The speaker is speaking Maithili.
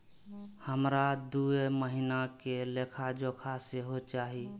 हमरा दूय महीना के लेखा जोखा सेहो चाही